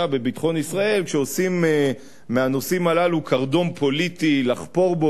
בביטחון ישראל כשעושים מהנושאים הללו קרדום פוליטי לחפור בו